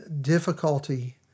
Difficulty